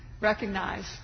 recognize